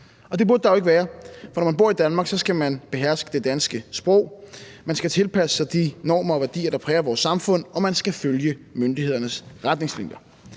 det burde der jo ikke være. For når man bor i Danmark, skal man beherske det danske sprog, man skal tilpasse sig de normer og værdier, der præger vores samfund, og man skal følge myndighedernes retningslinjer.